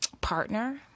partner